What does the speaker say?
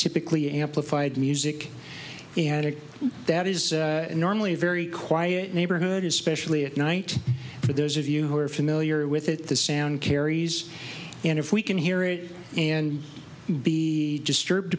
typically amplified music and that is normally a very quiet neighborhood especially at night for those of you who are familiar with it the sound carries and if we can hear it and be disturbed